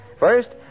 First